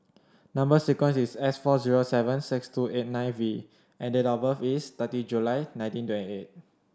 number sequence is S four zero seven six two eight nine V and date of birth is thirty July nineteen twenty eight